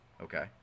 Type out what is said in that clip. Okay